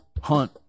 hunt